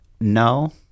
No